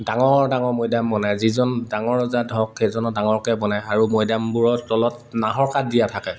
ডাঙৰ ডাঙৰ মৈদাম বনায় যিজন ডাঙৰ ৰজা ধৰক সেইজনক ডাঙৰকে বনায় আৰু মৈদামবোৰৰ তলত নাহৰ কাঠ দিয়া থাকে